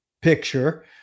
picture